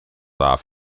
off